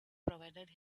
provided